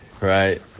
right